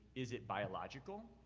is it biological?